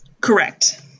correct